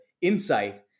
insight